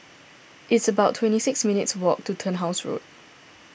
it's about twenty six minutes' walk to Turnhouse Road